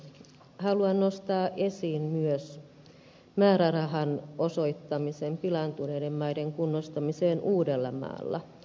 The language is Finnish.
haluan nostaa esiin myös määrärahan osoittamisen pilaantuneiden maiden kunnostamiseen uudellamaalla